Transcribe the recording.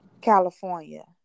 California